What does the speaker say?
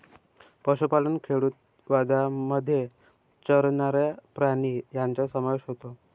पशुपालन खेडूतवादामध्ये चरणारे प्राणी यांचा समावेश होतो